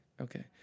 Okay